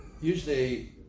usually